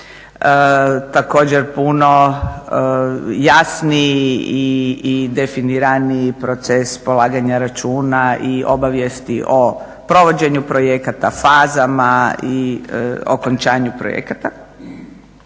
Također puno jasniji i definiraniji proces polaganja računa i obavijesti o provođenju projekata, fazama i okončanju projekata.